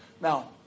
Now